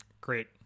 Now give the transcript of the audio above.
great